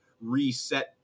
reset